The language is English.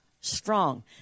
strong